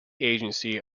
agency